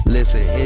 Listen